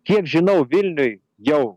kiek žinau vilniuj jau